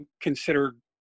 considered